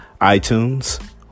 iTunes